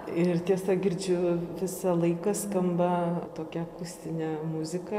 ir tiesa girdžiu visą laiką skamba tokia akustinė muzika